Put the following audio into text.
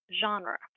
genre